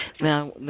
Now